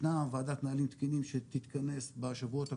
ישנה ועדת נהלים תקינים שתתכנס בשבועות הקרובים,